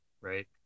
Right